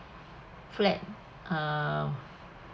flat err